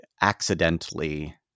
accidentally